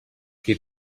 qui